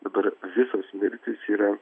dabar visos mirtys yra